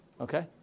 okay